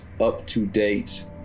up-to-date